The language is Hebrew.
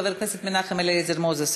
חבר הכנסת מנחם אליעזר מוזס,